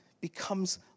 becomes